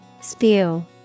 Spew